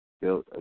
built